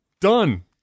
Done